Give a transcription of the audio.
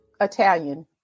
Italian